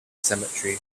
cemetery